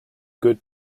good